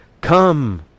Come